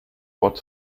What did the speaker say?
wort